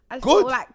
Good